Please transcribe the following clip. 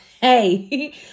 hey